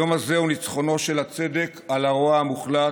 היום הזה הוא ניצחונו של הצדק על הרוע המוחלט,